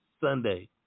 Sunday